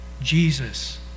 Jesus